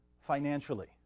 financially